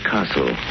Castle